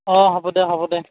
অঁ হ'ব দে হ'ব দে